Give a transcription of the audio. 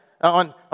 On